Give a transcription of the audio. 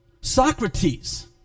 Socrates